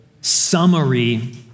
Summary